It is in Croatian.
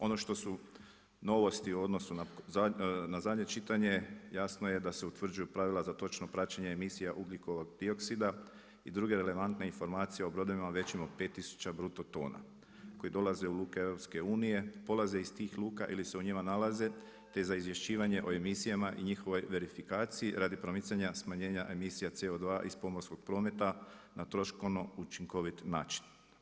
Ono što su novosti u odnosu na zadnje čitanje, jasno je da se utvrđuju pravila za točno praćenje emisija ugljikovog dioksida i druge relevantne informacije o brodovima većim od 5 tisuća bruto tona, koji dolaze u luke EU, polaze iz tih luka ili se u njima nalaze, te za izvješćivanje o emisijama i o njihovoj verifikaciji radi promicanja smanjenja emisija CO2 iz pomorskog prometa, na troškovno učinkovit način.